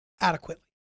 adequately